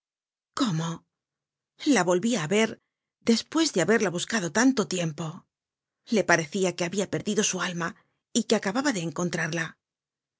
cómo la volvia á ver despues de haberla buscado tanto tiempo le parecia que habia perdido su alma y que acababa de encontrarla